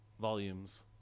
volumes